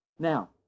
Now